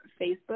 Facebook